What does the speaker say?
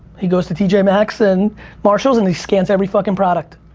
he goes to t j. maxx and marshalls and he scans every fucking product.